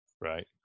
Right